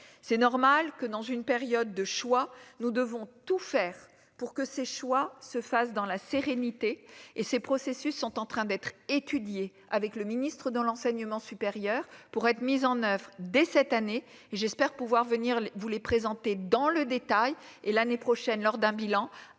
c'est normal que dans une période de choix, nous devons tout faire pour que ces choix se fasse dans la sérénité et ces processus sont en train d'être étudiée avec le ministre-dans l'enseignement supérieur pour être mise en oeuvre dès cette année et j'espère pouvoir venir vous les présenter dans le détail et l'année prochaine, lors d'un bilan